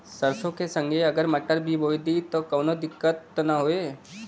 सरसो के संगे अगर मटर भी बो दी त कवनो दिक्कत त ना होय?